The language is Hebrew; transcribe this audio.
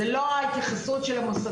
זו לא ההתייחסות של המוסדות.